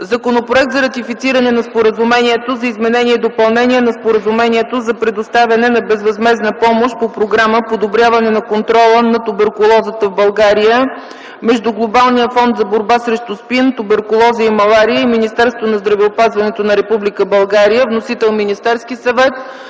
Законопроект за ратифициране на Споразумението за изменение и допълнение на Споразумението за предоставяне на безвъзмездна помощ по Програма „Подобряване на контрола на туберкулозата в България” между Глобалния фонд за борба срещу СПИН, туберкулоза и малария и Министерство на здравеопазването на Република България. Вносител е Министерският съвет.